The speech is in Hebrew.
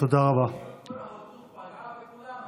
מדיניות כור ההיתוך פגעה בכולם,